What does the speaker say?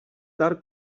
tard